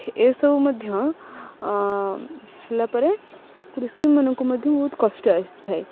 ଏସବୁ ମଧ୍ୟ ହେଲା ପରେ କୃଷିମାନଙ୍କୁ ମଧ୍ୟ ବହୁତ କଷ୍ଟ ଆସିଥାଏ